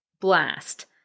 blast